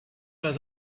was